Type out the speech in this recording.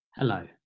Hello